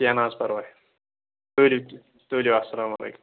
کیٚنٛہہ نہَ حظ پَرواے تُلِو تُلِو اَسلام علیکُم